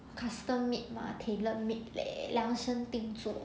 custom made mah tailor made leh 量身定做